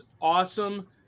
awesome